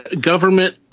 government